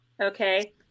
Okay